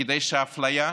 כדי שהאפליה,